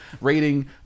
rating